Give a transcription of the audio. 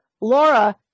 laura